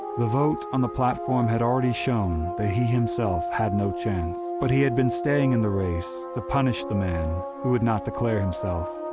the vote on the platform had already shown that he himself had no chance, but he had been staying in the race to punish the man who would not declare himself.